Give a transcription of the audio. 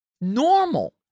normal